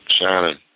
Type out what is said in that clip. Shannon